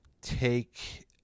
take